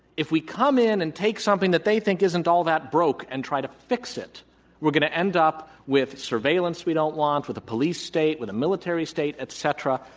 if we come in and take something that they think isn't all that broke and try to fix it we're going to end up with surveillance we don't want, with a police state, with a military state, et cetera,